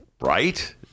right